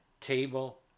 table